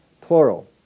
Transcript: plural